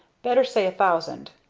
better say a thousand.